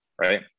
right